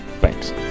Thanks